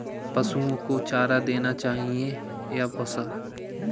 पशुओं को चारा देना चाहिए या भूसा?